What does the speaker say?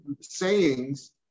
sayings